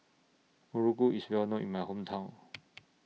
Muruku IS Well known in My Hometown